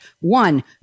One